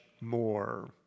more